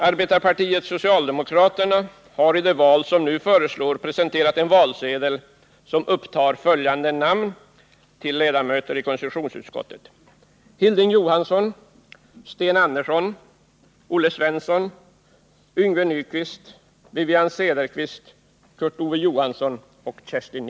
Arbetarepartiet-socialdemokraterna har i det val som nu förestår presenterat en valsedel som upptar följande namn: